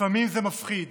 לפעמים זה מפחיד,